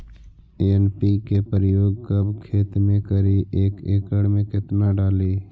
NPK प्रयोग कब खेत मे करि एक एकड़ मे कितना डाली?